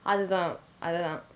அது தான் அது தான்:athu thaan athu thaan